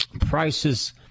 prices